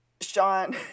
Sean